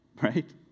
Right